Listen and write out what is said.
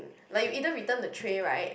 like you either return the tray right